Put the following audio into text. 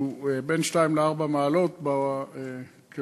שהוא בין 2 ל-4 מעלות בקירור.